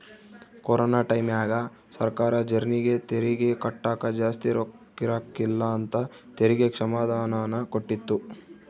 corona ಟೈಮ್ಯಾಗ ಸರ್ಕಾರ ಜರ್ನಿಗೆ ತೆರಿಗೆ ಕಟ್ಟಕ ಜಾಸ್ತಿ ರೊಕ್ಕಿರಕಿಲ್ಲ ಅಂತ ತೆರಿಗೆ ಕ್ಷಮಾದಾನನ ಕೊಟ್ಟಿತ್ತು